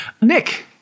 Nick